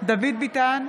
דוד ביטן,